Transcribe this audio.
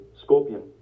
scorpion